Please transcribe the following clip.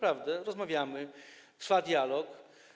Rozmawiamy, trwa dialog.